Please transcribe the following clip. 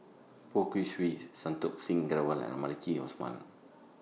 Poh Kay Swee Santokh Singh Grewal and Maliki Osman